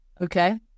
Okay